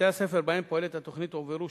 בבתי-הספר שבהם פועלת התוכנית הועברו